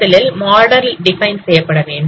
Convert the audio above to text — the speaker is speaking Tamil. முதலில் மாடல் டிபைன் செய்யப்படவேண்டும்